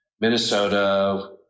Minnesota